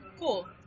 Cool